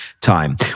time